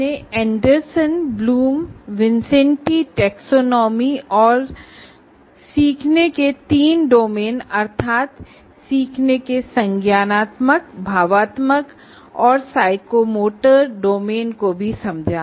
हमने Anderson Bloom विन्सेंटी टैक्सोनॉमीऔर सीखने के तीन डोमेनअर्थात सीखने के कॉग्निटिव अफेक्टिव और साइकोमोटरcognitive affective and psychomotorडोमेन को भी समझा